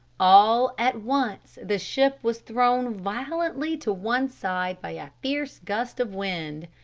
all at once the ship was thrown violently to one side by a fierce gust of wind.